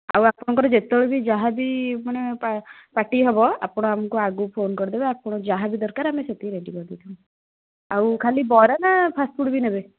ଆଉ ଆପଣଙ୍କର ଯେତେବେଳେ ବି ଯାହାବି ମାନେ ପା ପାର୍ଟି ହେବ ଆପଣ ଆମକୁ ଆଗରୁ ଫୋନ୍ କରିଦେବେ ଆପଣ ଯାହାବି ଦରକାର ଆମେ ସେତିକି ରେଡ଼ି କରିଦେଇଥିବୁ ଆଉ ଖାଲି ବରା ନା ଫାଷ୍ଟଫୁଡ୍ ବି ନେବେ